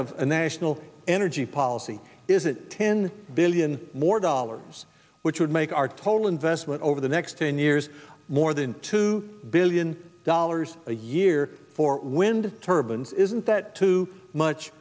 a national energy policy is it ten billion more dollars which would make our total investment over the next ten years more than two billion dollars a year for wind turbines isn't that too much